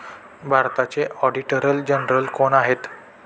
भारताचे auditor general कोण आहेत?